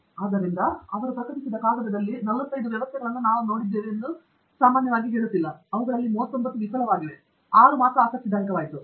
ಆದ್ದರಿಂದ ಅವರು ಪ್ರಕಟಿಸಿದ ಕಾಗದದಲ್ಲಿ 45 ವ್ಯವಸ್ಥೆಗಳನ್ನು ನಾವು ನೋಡಿದ್ದೇವೆ ಎಂದು ಅವುಗಳು ಸಾಮಾನ್ಯವಾಗಿ ಹೇಳುತ್ತಿಲ್ಲ ಅವುಗಳಲ್ಲಿ 39 ವಿಫಲವಾಗಿವೆ ಅವುಗಳಲ್ಲಿ 6 ಮಾತ್ರ ಆಸಕ್ತಿದಾಯಕವಾಗಿದ್ದವು ಮತ್ತು ಆ 6